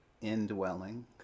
indwelling